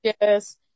Yes